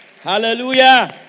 Hallelujah